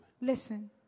Listen